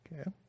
okay